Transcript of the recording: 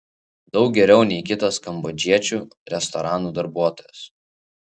daug geriau nei kitos kambodžiečių restoranų darbuotojos